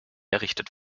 errichtet